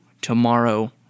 tomorrow